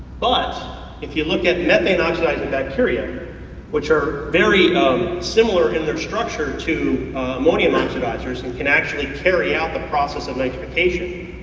but if you look at methane oxidizing bacteria which are very um similar in their structure to ammonium oxidizers and can actually carry out the process of nitrification.